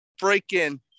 freaking –